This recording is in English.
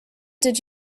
did